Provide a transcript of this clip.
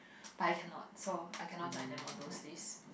but I cannot so I cannot join them on those days